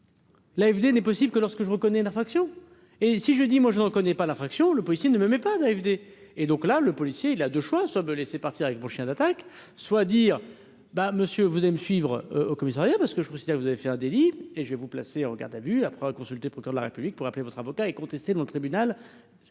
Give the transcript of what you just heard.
L'AFD n'est possible que lorsque je reconnais d'infraction et si je dis, moi, je ne connais pas la infraction le policier ne me mets pas d'AfD et donc là, le policier, il a 2 choix : soit. C'est partir avec mon chien d'attaque soit dire bah Monsieur vous aime suivre au commissariat parce que je considère que vous avez fait un délit et je vais vous placé en garde à vue après consulter procure de la République pour appeler votre avocat et contestée devant le tribunal,